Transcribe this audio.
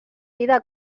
vida